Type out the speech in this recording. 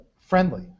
friendly